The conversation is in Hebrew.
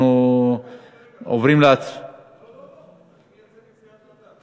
אני מייצג את סיעת חד"ש.